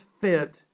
fit